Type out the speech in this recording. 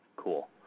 Cool